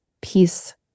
peace